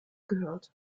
gehört